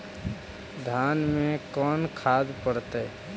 धान मे कोन खाद पड़तै?